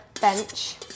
bench